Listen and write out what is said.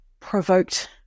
Provoked